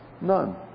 None